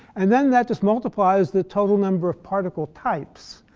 and then that just multiplies the total number of particle types,